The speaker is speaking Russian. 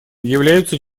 являются